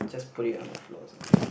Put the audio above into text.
just put it on the floor something